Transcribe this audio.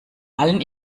allen